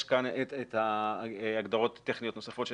יש כאן את ההגדרות הטכניות הנוספות של